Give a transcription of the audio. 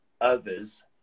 others